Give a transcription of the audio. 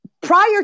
Prior